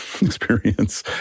experience